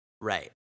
Right